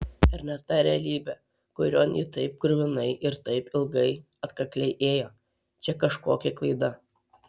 ir ne ta realybė kurion ji taip kruvinai ir taip ilgai atkakliai ėjo čia kažkokia klaida